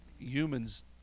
humans